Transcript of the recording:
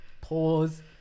pause